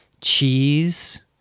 Cheese